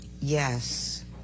Yes